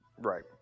Right